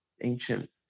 ancient